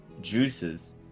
juices